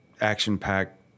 action-packed